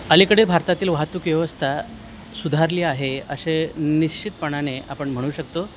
अलीकडे भारतातील वाहतूक व्यवस्था सुधारली आहे असे निश्चितपणाने आपण म्हणू शकतो